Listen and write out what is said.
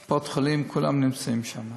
קופות-החולים, כולם נמצאים שם.